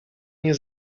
nie